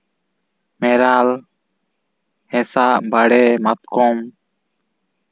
ᱢᱮᱨᱟᱞ ᱦᱮᱸᱥᱟᱜ ᱵᱟᱲᱮ ᱢᱟᱛᱠᱚᱢ